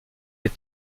les